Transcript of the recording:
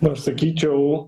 na aš sakyčiau